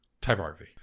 typography